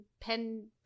pen